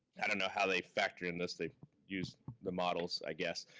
i don't know how they factor in this, they use the models, i guess,